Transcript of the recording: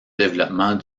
développement